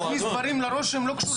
מכניס דברים לראש שהם לא קשורים.